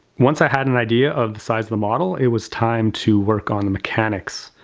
once i had an idea of the size of the model, it was time to work on the mechanics,